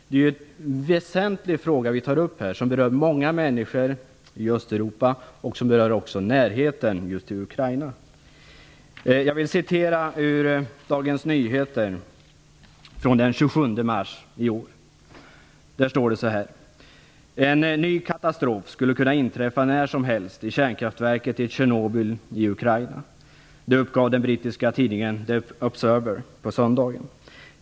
Den fråga som vi tar upp berör många människor i Östeuropa och är väsentlig bl.a. på grund av närheten till Ukraina. Jag vill vill citera ur Dagens Nyheter av den 27 "En ny katastrof skulle kunna inträffa när som helst vid kärnkraftverket i Tjernobyl i Ukraina. Det uppgav den brittiska tidningen The Observer på söndagen.